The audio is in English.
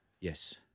Yes